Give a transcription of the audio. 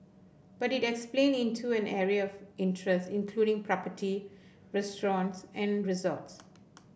but it expanded into an array of interests including property restaurants and resorts